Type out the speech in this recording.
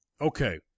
Okay